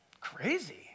Crazy